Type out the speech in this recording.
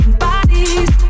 bodies